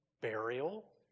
burial